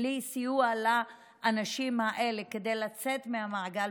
בלי סיוע לאנשים האלה כדי לצאת מהמעגל,